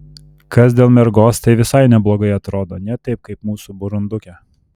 kas dėl mergos tai visai neblogai atrodo ne taip kaip mūsų burundukė